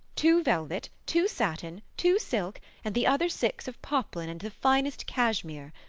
two velvet, two satin, two silk, and the other six of poplin and the finest cashmere.